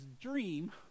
dream